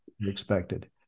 expected